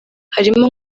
harimo